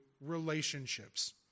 relationships